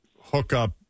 hookup